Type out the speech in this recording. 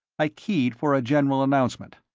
i keyed for a general announcement.